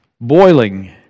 boiling